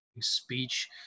speech